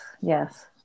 Yes